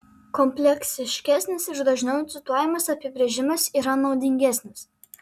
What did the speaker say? kompleksiškesnis ir dažniau cituojamas apibrėžimas yra naudingesnis